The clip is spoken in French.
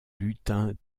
lutins